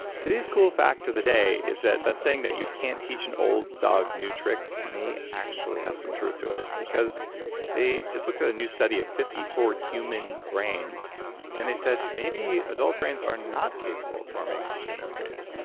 today's cool fact of the day is that that saying that you can't teach an old dog new tricks may actually have some truth to it because they just looked at a new study of fifty four human brains and they said, maybe adult brains are not capable of forming new memories.